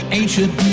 ancient